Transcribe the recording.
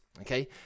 okay